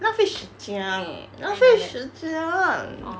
浪费时间浪费时间 what's her name